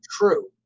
true